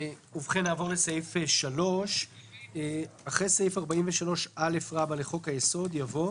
"הוספת סעיף 43א1 3. אחרי סעיף 43א לחוק היסוד יבוא: